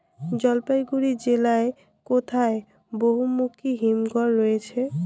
জলপাইগুড়ি জেলায় কোথায় বহুমুখী হিমঘর রয়েছে?